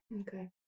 Okay